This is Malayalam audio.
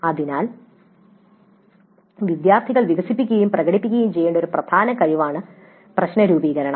അതിനാൽ വിദ്യാർത്ഥികൾ വികസിപ്പിക്കുകയും പ്രകടിപ്പിക്കുകയും ചെയ്യേണ്ട ഒരു പ്രധാന കഴിവാണ് പ്രശ്ന രൂപീകരണം